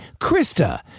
Krista